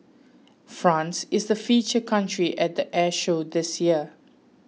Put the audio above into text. France is the feature country at the air show this year